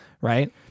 Right